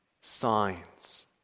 signs